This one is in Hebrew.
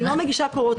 אני לא מגישה קורות חיים,